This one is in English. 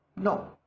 No